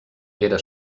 era